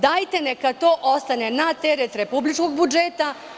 Dajte, neka to ostane na teret republičkog budžeta.